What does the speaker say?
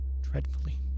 dreadfully